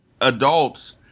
Adults